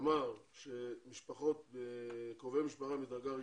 שאמר שקרובי משפחה מדרגה,